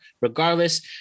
Regardless